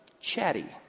chatty